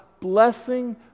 blessing